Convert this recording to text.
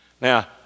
Now